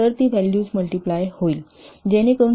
तर ती values multiply होईल जेणेकरून सिंपलीफिकेशन 1